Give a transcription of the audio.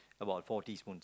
about four tesaspoons